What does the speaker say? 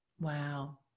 Wow